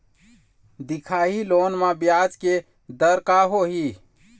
दिखाही लोन म ब्याज के दर का होही?